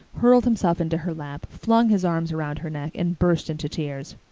hurled himself into her lap, flung his arms around her neck, and burst into tears.